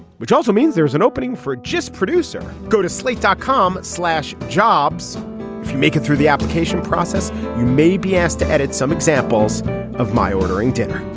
which also means there's an opening for just producer go to slate dot com slash jobs. if you make it through the application process you may be asked to edit some examples of my ordering dinner